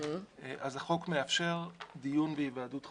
אז החוק מאפשר דיון בהיוועדות חזותית,